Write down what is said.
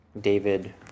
David